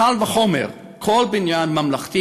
וקל וחומר כל בניין ממלכתי,